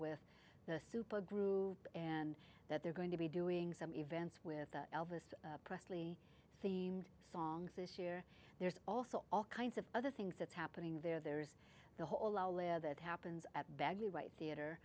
with the super groove and that they're going to be doing some events with elvis presley themed songs this year there's also all kinds of other things that's happening there there's the whole hour live it happens at bagley right theater